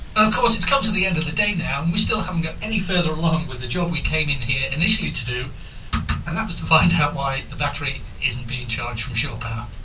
course it's come to the end of the day now we still haven't got any further along with the job we came in here initially to do and that was to find out why the battery isn't beingcharged from shore power.